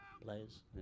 players